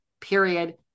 period